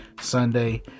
Sunday